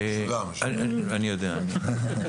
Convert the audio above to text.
אני עשיתי